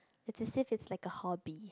it is if it's like a hobby